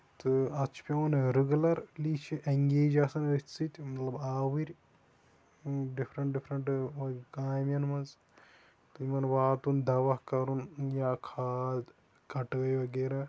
تہٕ اَتھ چھُ پیوان رِگوٗلرلی یہِ چھُ اینگیج آسان أتھۍ سۭتۍ مطلب آؤرۍ ڈِفرنٹ ڈِفرنٹ کامین منٛز تِمن واتُن دوا کَرُن یا کھاد کَٹٲے وغیرہ